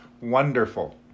wonderful